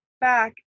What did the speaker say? back